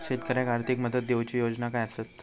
शेतकऱ्याक आर्थिक मदत देऊची योजना काय आसत?